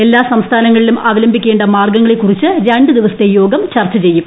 എല്ലാ സംസ്ഥാന ങ്ങളിലും അവംലംബിക്കേണ്ട മാർഗ്ഗങ്ങളെക്കുറിച്ച് രണ്ടുദിവസത്തെ യോഗം ചർച്ചചെയ്യും